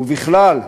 ובכלל,